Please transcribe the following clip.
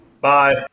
Bye